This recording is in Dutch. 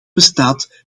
bestaat